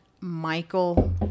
Michael